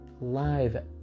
live